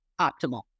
optimal